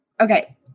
Okay